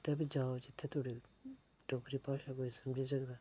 कुतै बी जाओ जि'त्थें धोड़ी डोगरी भाशा कोई समझी सकदा